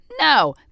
no